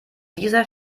dieser